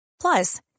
Plus